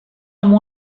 amb